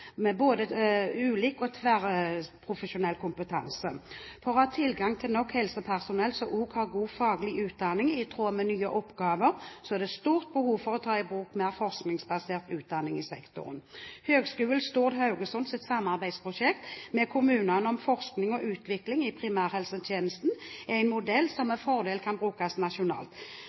med både ulik og tverrprofesjonell kompetanse. For å ha tilgang til nok helsepersonell som også har god faglig utdanning i tråd med nye oppgaver, er det stort behov for å ta i bruk mer forskningsbasert utdanning i sektoren. Høgskolen Stord/Haugesunds samarbeidsprosjekt med kommunene om forskning og utvikling i primærhelsetjenesten er en modell som med fordel kan brukes nasjonalt.